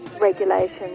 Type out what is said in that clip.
regulation